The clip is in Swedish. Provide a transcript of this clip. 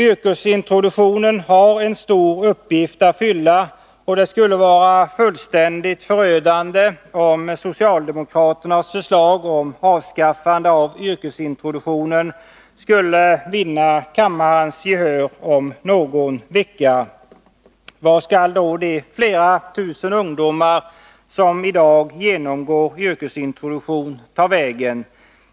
Yrkesintroduktionen har en stor uppgift att fylla, och det skulle vara fullständigt förödande om socialdemokraternas förslag om avskaffande av yrkesintroduktionen skulle vinna kammarens gehör om någon vecka. Vart skall då de flera tusen ungdomar som i dag genomgår yrkesintroduktionen ta vägen?